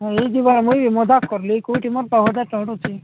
ହେଇଛି ବା ମୁଇଁ ମଜାକ୍ କଲି କେଉଁଠି ଚଢ଼ୁଛି